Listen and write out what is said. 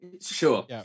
Sure